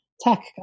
tech